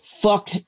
Fuck